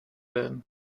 werden